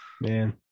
Man